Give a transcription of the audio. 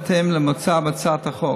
בהתאם למוצע בהצעת החוק.